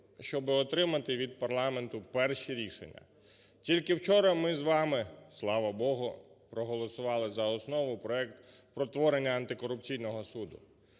щоб отримати від парламенту перші рішення. Тільки вчора ми з вами, слава Богу, проголосували за основу проект про творення антикорупційного суду.